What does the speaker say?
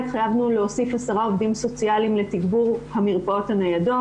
התחייבנו להוסיף 10 עובדים סוציאליים לתגבור המרפאות הניידות.